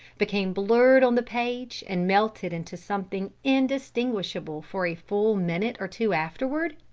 became blurred on the page and melted into something indistinguishable for a full minute or two afterward?